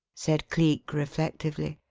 said cleek reflectively.